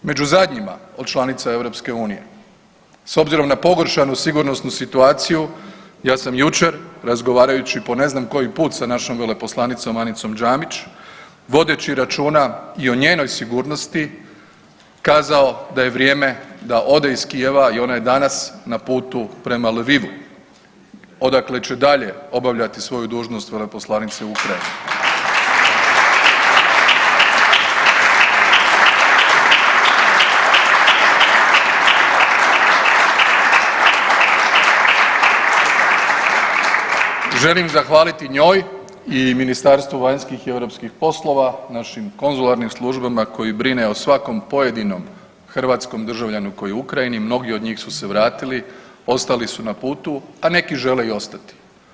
Među zadnjima od članica EU s obzirom na pogoršanu sigurnosnu situaciju ja sam jučer razgovarajući po ne znam koji put sa našom veleposlanicom Anicom Đamić vodeći računa i o njenoj sigurnosti kazao da je vrijeme da ode iz Kijeva i ona je danas na putu prema Lvivu odakle će dalje obavljati svoju dužnost veleposlanice u Ukrajini. Želim zahvaliti njoj i Ministarstvu vanjskih i europskih poslova, našim konzularnim službama koji brine o svakom pojedinom hrvatskom državljaninu koji je u Ukrajini, mnogi od njih su se vratili, ostali su na putu, a neki žele i ostati.